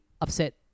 upset